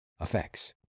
effects